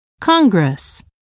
congress